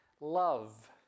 love